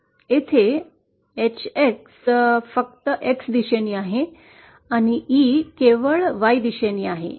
येथे Hx फक्त X दिशेने आहे आणि E केवळ Y दिशेने आहे